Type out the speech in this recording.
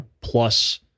plus